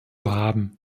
haben